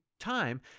Time